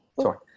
Sorry